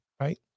right